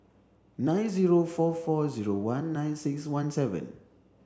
nine zero four four zero one nine six one seven